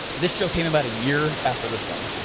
this show came about a year after this one,